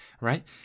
right